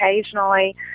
Occasionally